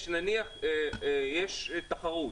נניח שיש תחרות